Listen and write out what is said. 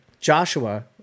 Joshua